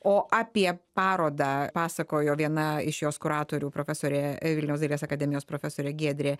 o apie parodą pasakojo viena iš jos kuratorių profesorė vilniaus dailės akademijos profesorė giedrė